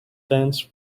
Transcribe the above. dance